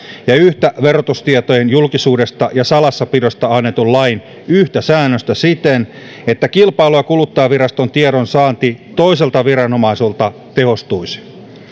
ja yhtä verotustietojen julkisuudesta ja salassapidosta annetun lain säännöstä siten että kilpailu ja kuluttajaviraston tiedonsaanti toiselta viranomaiselta tehostuisi